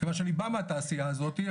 כיוון שאני בא מהתעשייה הזאתי,